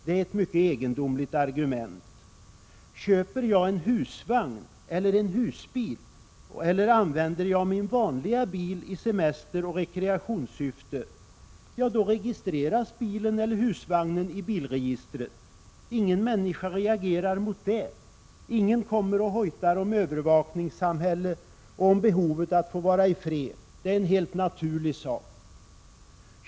Det är ett mycket egendomligt argument. Köper jag en husvagn eller en husbil eller använder jag min vanliga bil i semesteroch rekreationssyfte, ja, då registreras bilen eller husvagnen i bilregistret. Ingen människa reagerar mot det! Ingen kommer och hojtar om övervakningssamhälle och om behovet att få vara i fred. Det är en helt naturlig sak.